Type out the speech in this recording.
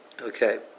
Okay